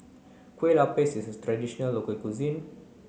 Kueh Lapis is a traditional local cuisine